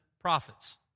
prophets